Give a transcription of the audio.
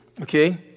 Okay